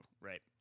right